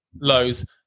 lows